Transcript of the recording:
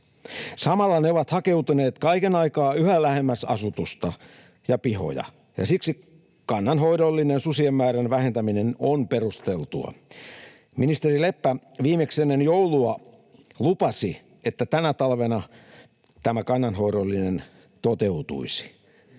Samalla ne ovat hakeutuneet kaiken aikaa yhä lähemmäs asutusta ja pihoja, ja siksi kannanhoidollinen susien määrän vähentäminen on perusteltua. Ministeri Leppä viimeksi ennen joulua lupasi, että tänä talvena tämä kannanhoidollinen toteutuisi.